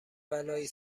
بلایی